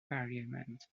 parliament